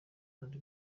hari